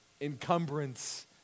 Encumbrance